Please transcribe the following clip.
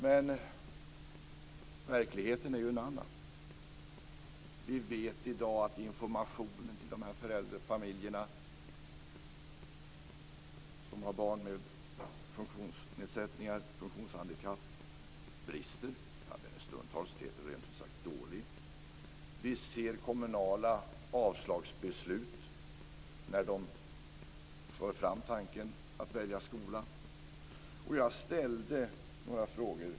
Men verkligheten är ju en annan. Vi vet i dag att informationen till de familjer som har barn med funktionshandikapp brister. Den är stundtals rent ut sagt dålig. Vi ser kommunala avslagsbeslut när de för fram tanken att välja skola. Jag ställde några frågor.